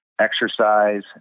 exercise